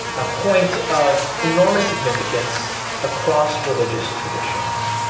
a point of enormous significance across religious traditions.